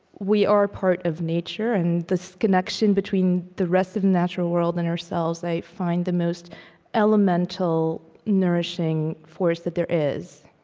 we are part of nature and this connection between the rest of the natural world and ourselves i find the most elemental nourishing force that there is